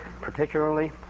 particularly